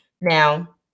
Now